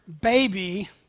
baby